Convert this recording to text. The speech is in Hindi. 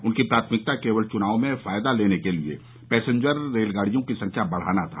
उनकी प्राथमिकता केवल चुनाव में फायदा लेने के लिए पैसेंजर रेलगाडियों की संख्या बढ़ाना था